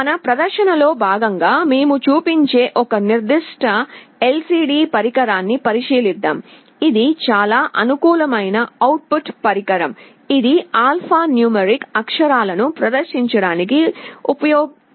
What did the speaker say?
మన ప్రదర్శనలో భాగంగా మేము చూపించే ఒక నిర్దిష్ట LCD పరికరాన్ని పరిశీలిద్దాం ఇది చాలా అనుకూలమైన అవుట్పుట్ పరికరం ఇది ఆల్ఫాన్యూమరిక్ అక్షరాలను ప్రదర్శించడానికి ఉపయోగపడుతుంది